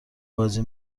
بازی